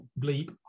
bleep